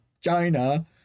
China